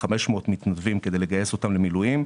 כ-500 מתנדבים כדי לגייסם למילואים,